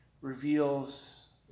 reveals